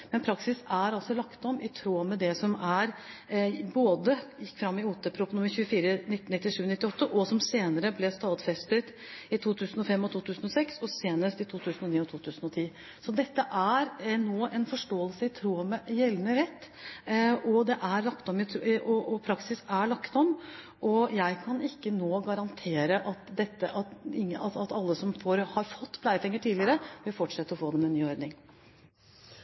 Men praksisen er altså lagt om i tråd med det som gikk fram av Ot.prp. nr. 24 for 1997–1998, og som senere ble stadfestet i Ot.prp. nr. 21 for 2005–2006 og senest i Prop. 64 L for 2009–2010. Så dette er nå en forståelse i tråd med gjeldende rett. Praksisen er lagt om, og jeg kan ikke nå garantere at alle som har fått pleiepenger tidligere, vil fortsette å få det med